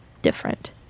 different